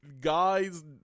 Guy's